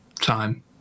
time